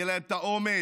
יהיה להם את האומץ